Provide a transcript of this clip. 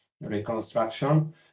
reconstruction